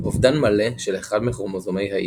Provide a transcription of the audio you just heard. אובדן מלא של אחד מכרומוזומי ה-X.